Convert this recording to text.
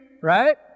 right